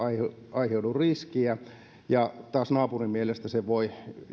aiheudu riskiä kun taas naapurin mielestä se voi